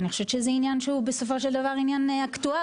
אני חושבת שזה עניין שהוא בסופו של דבר עניין אקטוארי.